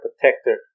protector